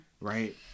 right